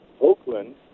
Oakland